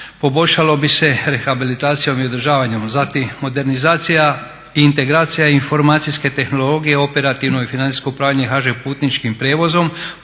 Poboljšalo bi se rehabilitacijom i održavanjem. Zatim modernizacija, integracija i informacijske tehnologije, operativno i financijsko upravljanje HŽ Putničkim prijevozom